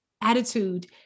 attitude